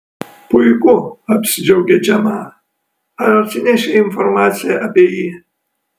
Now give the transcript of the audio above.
puiku apsidžiaugė džemą ar atsinešei informaciją apie jį